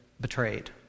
betrayed